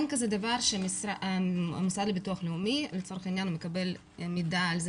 אין כזה דבר שהמוסד לביטוח לאומי לצורך העניין מקבל מידע על זה